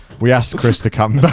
we asked chris to come.